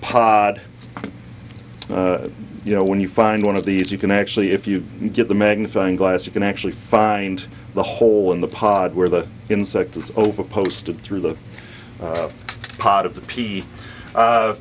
pod you know when you find one of these you can actually if you get the magnifying glass you can actually find the hole in the pod where the insect is over posted through the pot of the pea